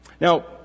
Now